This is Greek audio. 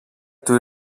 του